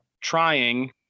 trying